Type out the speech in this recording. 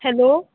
hello